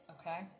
Okay